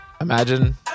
imagine